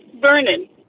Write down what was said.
Vernon